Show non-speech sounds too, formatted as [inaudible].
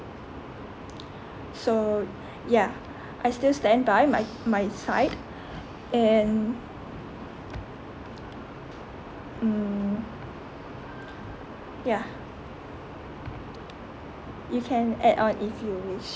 [breath] so ya I still stand by my my side and [noise] um ya [noise] you can add on if you wish